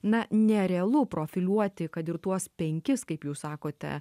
na nerealu profiliuoti kad ir tuos penkis kaip jūs sakote